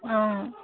অঁ